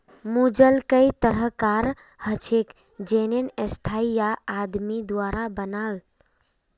भूजल कई तरह कार हछेक जेन्ने स्थाई या आदमी द्वारा बनाल